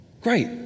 Great